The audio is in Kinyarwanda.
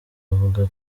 avuga